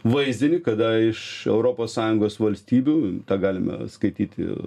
vaizdinį kada iš europos sąjungos valstybių tą galime skaityti